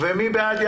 מי בעד?